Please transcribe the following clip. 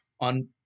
On